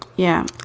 yeah,